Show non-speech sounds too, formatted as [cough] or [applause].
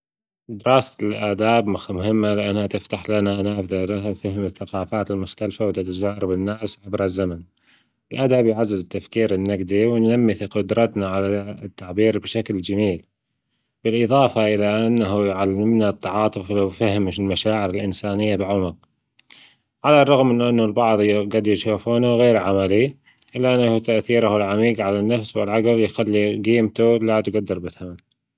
دراسة الأداب مهمة لأنها تفتح لنا نافذة لها فهم الثقافات المختلفة وتجارب الناس عبر الزمن، [noise] الأدب بيعزز التفكير النجدي وننمي جدرتنا على التعبير بشكل جميل، بالإضافة الى إنه يعلمنا التعاطف وفهم المشاعر الانسانية بعمج على الرغم من إنه البعض قد يشافونه غير عملي إلا أن تأثيره العميق على النفس والعقب يخلي جيمته لا تجدر بثمن.